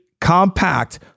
compact